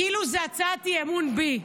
כאילו זו הצעת אי-אמון בי.